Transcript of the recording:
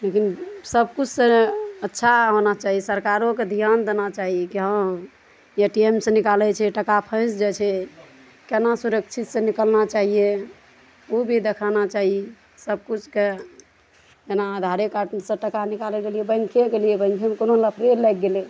लेकिन सबकिछु से अच्छा होना चाही सरकारोके ध्यान देना चाही कि हँ एटीएम से निकालै छै टका फँसि जाइ छै केना सुरक्षित सऽ निकालना चाहिए उ भी देखाना चाही सबकुछ के जेना आधारे कार्ड सऽ टका निकालै गेलियै बैंके गेलियै बैंके मे कोनो लफरे लाइग गेलै